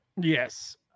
Yes